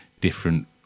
different